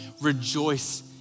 rejoice